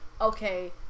okay